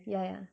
ya ya